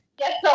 yes